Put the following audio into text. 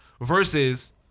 Versus